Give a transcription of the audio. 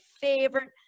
favorite